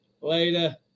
Later